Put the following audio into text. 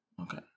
okay